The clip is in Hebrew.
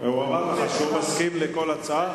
הוא אמר לך שהוא מסכים לכל הצעה,